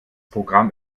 programm